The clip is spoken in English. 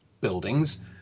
buildings